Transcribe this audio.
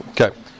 Okay